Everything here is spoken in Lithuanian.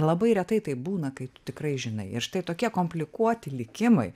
labai retai taip būna kai tu tikrai žinai ir štai tokie komplikuoti likimai